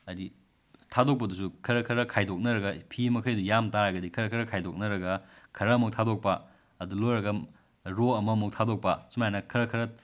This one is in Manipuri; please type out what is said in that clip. ꯍꯥꯏꯗꯤ ꯊꯥꯗꯣꯛꯄꯗꯨꯁꯨ ꯈꯔ ꯈꯔ ꯈꯥꯏꯗꯣꯛꯅꯔꯒ ꯐꯤ ꯃꯈꯩꯗꯨ ꯌꯥꯝꯇꯥꯔꯒꯗꯤ ꯈꯔ ꯈꯔ ꯈꯥꯏꯗꯣꯛꯅꯔꯒ ꯈꯔ ꯑꯃꯨꯛ ꯊꯥꯗꯣꯛꯄ ꯑꯗꯨ ꯂꯣꯏꯔꯒ ꯔꯣ ꯑꯃꯃꯨꯛ ꯊꯥꯗꯣꯛꯄ ꯑꯁꯨꯃꯥꯏꯅ ꯈꯔ ꯈꯔ